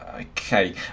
Okay